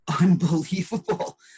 unbelievable